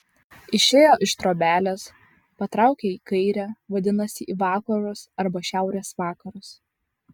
išėjo iš trobelės patraukė į kairę vadinasi į vakarus arba šiaurės vakarus